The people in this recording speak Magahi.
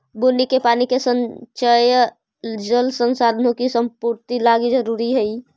बुन्नी के पानी के संचय जल संसाधनों के संपूर्ति लागी जरूरी हई